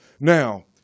Now